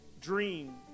dream